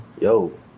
Yo